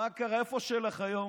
מה קרה, איפה שלח היום?